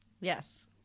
Yes